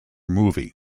movie